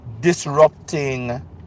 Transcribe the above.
disrupting